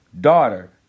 daughter